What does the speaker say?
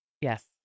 Yes